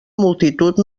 multitud